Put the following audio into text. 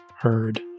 heard